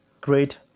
great